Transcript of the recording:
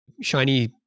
shiny